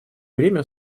время